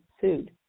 sued